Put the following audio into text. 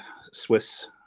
Swiss